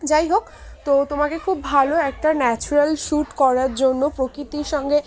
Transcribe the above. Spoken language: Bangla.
যাই হোক তো তোমাকে খুব ভালো একটা ন্যাচারাল শ্যুট করার জন্য প্রকৃতির সঙ্গে